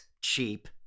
Cheap